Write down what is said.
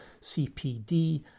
CPD